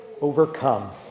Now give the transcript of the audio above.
overcome